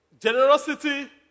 Generosity